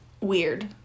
weird